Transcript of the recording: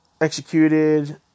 Executed